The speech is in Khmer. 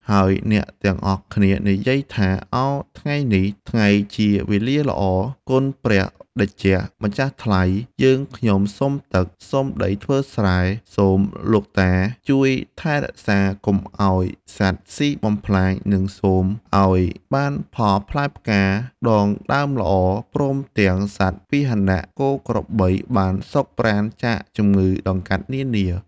ហើយអ្នកទាំងអស់គ្នានិយាយថា ឱថ្ងៃនេះថ្ងៃជាវេលាល្អ គុណព្រះតេជះម្ចាស់ថ្លៃ យើងខ្ញុំសុំទឹក សុំដីធ្វើស្រែ សូមលោកតា ជួយថែរក្សាកុំឱ្យសត្វស៊ីបំផ្លាញ និង សូមឱ្យបានផលផ្លែផ្កា ដងដើមល្អ ព្រមទាំងសត្វ ពាហនៈ គោក្របីបានសុខប្រាសចាកជំងឺដង្កាត់នានា។